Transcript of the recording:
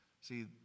See